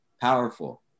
powerful